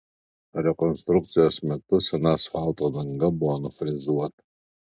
rekonstrukcijos metu sena asfalto danga buvo nufrezuota